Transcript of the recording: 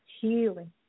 healing